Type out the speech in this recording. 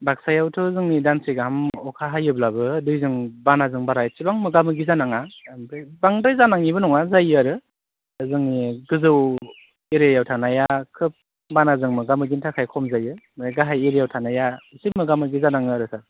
बाक्सायावथ' जोंनि दानसे गाहाम अखा हायोब्लाबो दैजों बानाजों बारा एसेबां मोगा मोगि जानाङा ओमफ्राय बांद्राय जानाङिबो नङा जायो आरो दा जोंनि गोजौ एरियाआव थानाया खोब बानाजों मोगा मोगिनि थाखाइ खम जायो ओमफ्राय गाहाय एरियाआव थानाया इसे मोगा मोगि जानाङो आरोखो